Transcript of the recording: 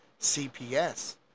CPS